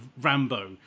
Rambo